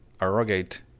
arrogate